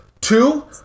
Two